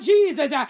Jesus